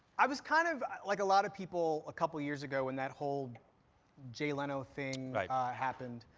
i was, kind of like a lot of people, a couple of years ago, when that whole jay leno thing happened,